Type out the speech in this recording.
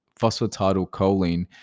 phosphatidylcholine